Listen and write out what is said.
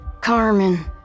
Carmen